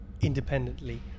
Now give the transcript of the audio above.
independently